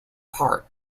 part